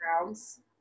grounds